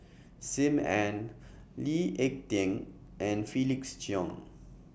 SIM Ann Lee Ek Tieng and Felix Cheong